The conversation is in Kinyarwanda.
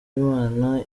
imana